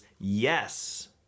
yes